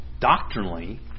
doctrinally